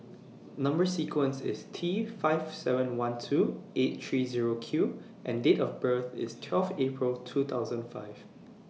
Number sequence IS T five seven one two eight three Zero Q and Date of birth IS twelve April two thousand five